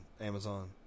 Amazon